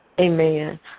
Amen